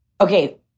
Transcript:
okay